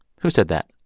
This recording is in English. who said that?